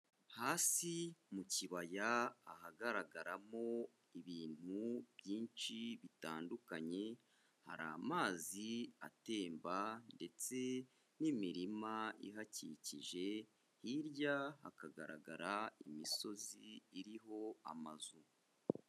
Hasi mu kibaya ahagaragaramo ibintu byinshi bitandukanye, hari amazi atemba ndetse n'imirima ihakikije, hirya hakagaragara imisozi iriho amazu.